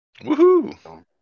Woohoo